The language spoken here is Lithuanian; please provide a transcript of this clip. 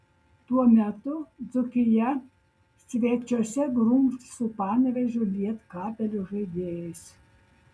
tuo metu dzūkija svečiuose grumsis su panevėžio lietkabelio žaidėjais